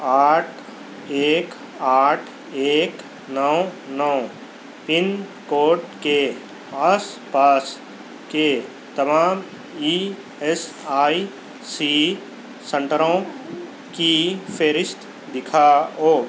آٹھ ایک آٹھ ایک نو نو پن کوڈ کے آس پاس کے تمام ای ایس آئی سی سینٹروں کی فہرست دِکھا وہ